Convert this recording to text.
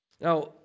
Now